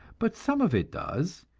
but some of it does,